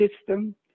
system